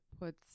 puts